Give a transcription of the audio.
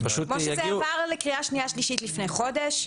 כמו שזה עבר לקריאה שנייה ושלישית לפני חודש,